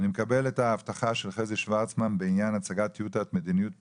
אני מקבל את ההבטחה של חזי שוורצמן בעניין הצגת טיוטת מדיניות פיקוח,